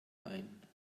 ein